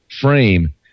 frame